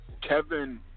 Kevin